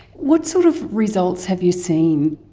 what sort of results have you seen?